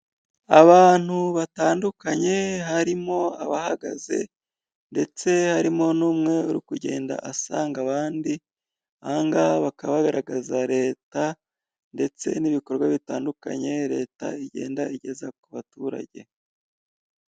Abantu batandukanye harimo abahagaze ndetse harimo n'umwe uri kugenda asanga abandi, ahangaha bakaba bagaragaza leta ndetse n'ibikorwa bitandukanye leta igenda igeza ku baturage.